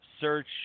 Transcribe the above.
search